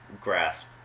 grasp